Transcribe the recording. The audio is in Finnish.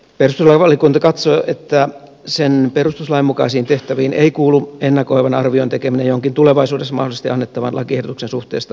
perustuslakivaliokunta katsoo että sen perustuslain mukaisiin tehtäviin ei kuulu ennakoivan arvion tekeminen jonkin tulevaisuudessa mahdollisesti annettavan lakiehdotuksen suhteesta perustuslakiin